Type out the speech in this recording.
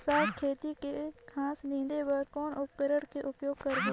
साग खेती के घास निंदे बर कौन उपकरण के उपयोग करबो?